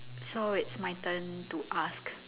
so it's my turn to ask